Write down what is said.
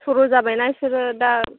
सर' जाबायना बिसोरो दा